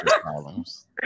problems